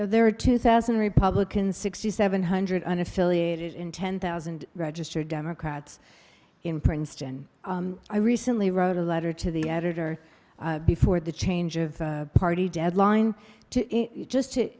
there are two thousand republican sixty seven hundred and affiliated in ten thousand registered democrats in princeton i recently wrote a letter to the editor before the change of party deadline to just t